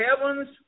heavens